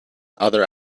other